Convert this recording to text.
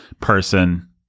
person